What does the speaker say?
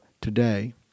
today